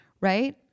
right